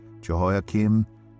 Jehoiakim